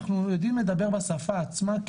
אנחנו יודעים לדבר בשפה עצמה,